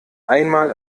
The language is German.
einmal